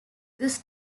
this